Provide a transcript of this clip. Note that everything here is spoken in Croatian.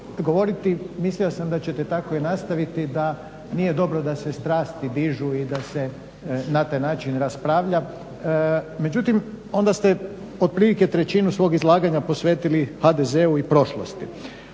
govoriti mislio sam da ćete tako i nastaviti da nije dobro da se strasti dižu i da se na taj način raspravlja. Međutim, onda ste otprilike trećinu svog izlaganja posvetili HDZ-u i prošlosti